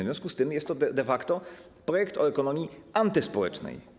W związku z tym jest to de facto projekt o ekonomii antyspołecznej.